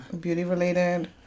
beauty-related